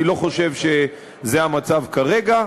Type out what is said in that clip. אני לא חושב שזה המצב כרגע,